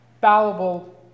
fallible